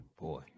Boy